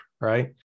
right